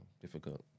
difficult